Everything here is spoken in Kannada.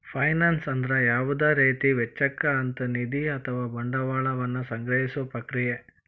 ಫೈನಾನ್ಸ್ ಅಂದ್ರ ಯಾವುದ ರೇತಿ ವೆಚ್ಚಕ್ಕ ಅಂತ್ ನಿಧಿ ಅಥವಾ ಬಂಡವಾಳ ವನ್ನ ಸಂಗ್ರಹಿಸೊ ಪ್ರಕ್ರಿಯೆ